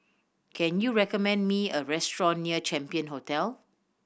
can you recommend me a restaurant near Champion Hotel